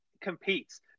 competes